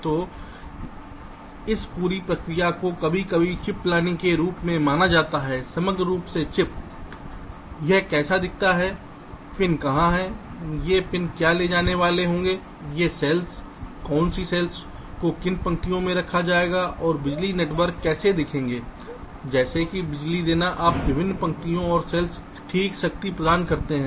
तो इस पूरी प्रक्रिया को कभी कभी चिप प्लानिंग के रूप में जाना जाता है समग्र रूप से चिप यह कैसा दिखता है पिन कहां हैं ये पिन क्या ले जाने वाले होंगे ये सेल्स हैं कौन सी सेल्स को किन पंक्तियों में रखा जाएगा और बिजली नेटवर्क कैसे दिखेंगे जैसे कि बिजली देना आप विभिन्न पंक्तियों और सेल्स को ठीक ठीक शक्ति प्रदान करते हैं